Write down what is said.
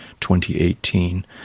2018